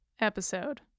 episode